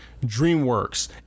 dreamworks